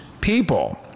people